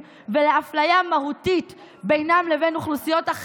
רחמנא לצלן,